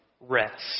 rest